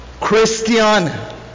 Christian